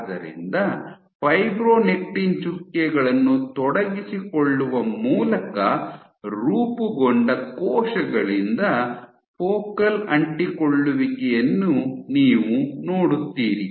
ಆದ್ದರಿಂದ ಫೈಬ್ರೊನೆಕ್ಟಿನ್ ಚುಕ್ಕೆಗಳನ್ನು ತೊಡಗಿಸಿಕೊಳ್ಳುವ ಮೂಲಕ ರೂಪುಗೊಂಡ ಕೋಶಗಳಿಂದ ಫೋಕಲ್ ಅಂಟಿಕೊಳ್ಳುವಿಕೆಯನ್ನು ನೀವು ನೋಡುತ್ತೀರಿ